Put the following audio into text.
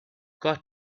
got